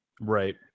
Right